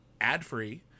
ad-free